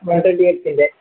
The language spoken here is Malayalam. one twenty എക്സ്ൻ്റെ